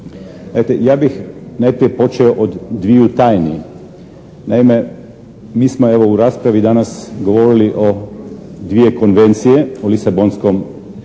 ja bih najprije počeo od dviju tajni. Naime mi smo evo u raspravi danas govorili o dvije konvencije, o Lisabonskom,